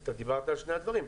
אתה דיברת על שני הדברים.